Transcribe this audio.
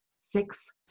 six